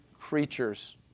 creatures